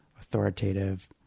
authoritative